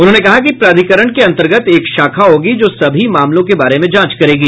उन्होंने कहा कि प्राधिकरण के अंतर्गत एक शाखा होगी जो सभी मामलों के बारे में जांच करेगी